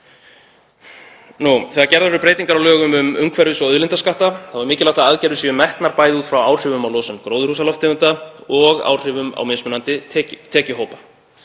Þegar gerðar eru breytingar á lögum um umhverfis- og auðlindaskatta er mikilvægt að aðgerðir séu metnar bæði út frá áhrifum á losun gróðurhúsalofttegunda og áhrifum á mismunandi tekjuhópa.